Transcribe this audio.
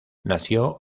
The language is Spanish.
nació